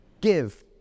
give